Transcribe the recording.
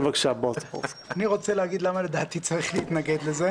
אני רוצה להגיד למה לדעתי צריך להתנגד לזה